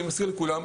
אני מזכיר לכולם,